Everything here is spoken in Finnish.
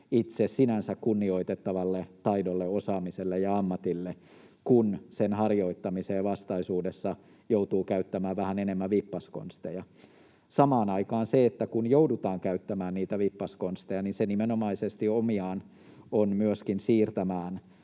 sinänsä kunnioitettavalle taidolle, osaamiselle ja ammatille, kun sen harjoittamiseen vastaisuudessa joutuu käyttämään vähän enemmän vippaskonsteja. Samaan aikaan se, kun joudutaan käyttämään niitä vippaskonsteja, nimenomaisesti on myöskin omiaan siirtämään